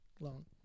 long